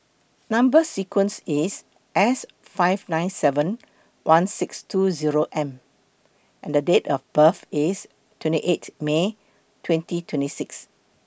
Number sequence IS S five nine seven one six two Zero M and Date of birth IS twenty eight May twenty twenty six